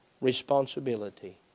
responsibility